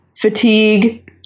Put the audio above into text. fatigue